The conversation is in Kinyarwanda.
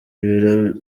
ibiro